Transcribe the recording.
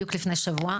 בדיוק לפני שבוע,